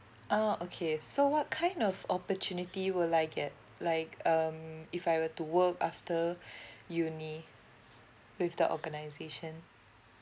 oh okay so what kind of opportunity will I get like um if I were to work after uni with the organization